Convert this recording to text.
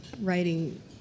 writing